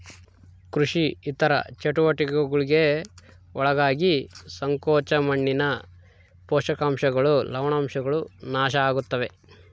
ಕೃಷಿ ಇತರ ಚಟುವಟಿಕೆಗುಳ್ಗೆ ಒಳಗಾಗಿ ಸಂಕೋಚ ಮಣ್ಣಿನ ಪೋಷಕಾಂಶಗಳು ಲವಣಾಂಶಗಳು ನಾಶ ಆಗುತ್ತವೆ